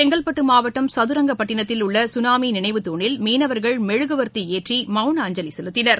செங்கல்பட்டுமாவட்டம் சதரங்கப்பட்டினத்தில் உள்ளசுனாமிநினைவுதுணில் மீனவர்கள் மெழுகுவர்த்திஏற்றி மவுன அஞ்சலிசெலுத்தினர்